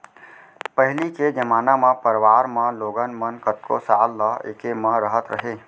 पहिली के जमाना म परवार म लोगन मन कतको साल ल एके म रहत रहें